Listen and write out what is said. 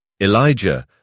Elijah